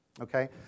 Okay